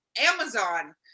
amazon